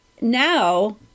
Now